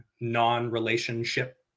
non-relationship